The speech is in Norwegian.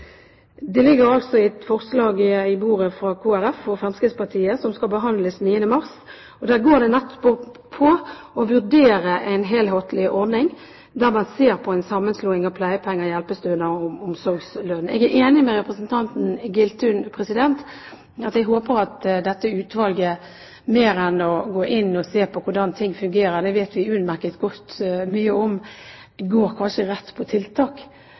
Det ligger altså et forslag på bordet fra Kristelig Folkeparti og Fremskrittspartiet, som skal behandles den 9. mars. Det går nettopp på å vurdere en helhetlig ordning, der man ser på en sammenslåing av pleiepenger, hjelpestønad og omsorgslønn. Jeg er enig med representanten Giltun, og jeg håper at dette utvalget mer enn å gå inn og se på hvordan ting fungerer – det vet vi mye om – kanskje går rett på tiltak